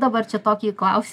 dabar čia tokį klaus